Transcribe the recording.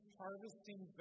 harvesting